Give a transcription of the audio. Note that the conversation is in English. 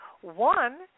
one